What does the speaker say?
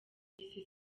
miss